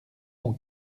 son